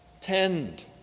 Tend